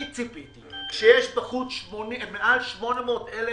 ציפיתי שכשיש בחוץ מעל 800,000